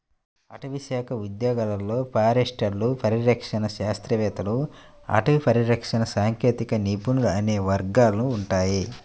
అటవీశాఖ ఉద్యోగాలలో ఫారెస్టర్లు, పరిరక్షణ శాస్త్రవేత్తలు, అటవీ పరిరక్షణ సాంకేతిక నిపుణులు అనే వర్గాలు ఉంటాయి